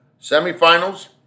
semifinals